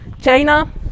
china